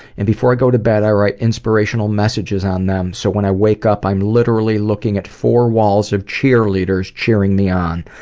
and before i go to bed, i write inspirational messages on them, so when i wake up, i am literally looking at four walls of cheerleaders cheering me on.